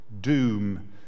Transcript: doom